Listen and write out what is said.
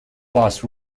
bus